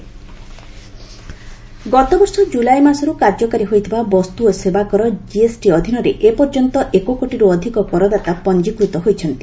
GST business ଗତବର୍ଷ July ମାସରୁ କାର୍ଯ୍ୟକାରୀ ହୋଇଥିବା ବସ୍ତୁ ଓ ସେବାକର ଜିଏସ୍ଟି ଅଧୀନରେ ଏପର୍ଯ୍ୟନ୍ତ ଏକ କୋଟିରୁ ଅଧିକ କରଦାତା ପଞ୍ଜିକୃତ ହୋଇଛନ୍ତି